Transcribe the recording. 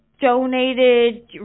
donated